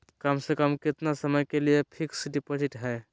कम से कम कितना समय के लिए फिक्स डिपोजिट है?